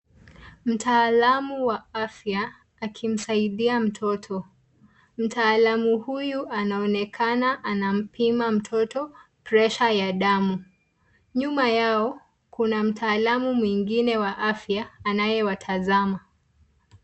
Mtalaam wa afya akimsaidia mtoto. Mtalaam huyu, anaonekana anampima mtoto pressure ya damu. Nyuma yao kuna mtalaam mwingine wa afya anayewatazama.